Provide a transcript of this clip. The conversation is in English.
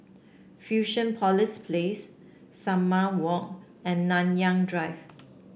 Fusionopolis Place Salam Walk and Nanyang Drive